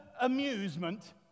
amusement